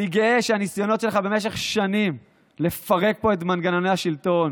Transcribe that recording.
אני גאה שהניסיונות שלך במשך שנים לפרק פה את מנגנוני השלטון,